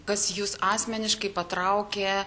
kas jus asmeniškai patraukė